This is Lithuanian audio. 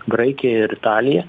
graikija ir italija